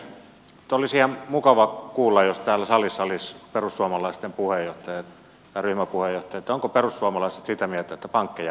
olisi ihan mukava kuulla jos täällä salissa olisivat perussuomalaisten puheenjohtaja ja ryhmäpuheenjohtaja ovatko perussuomalaiset sitä mieltä että pankkeja ei saa verottaa